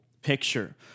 Picture